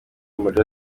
ndirimbo